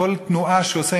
כל תנועה שהוא עושה,